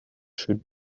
should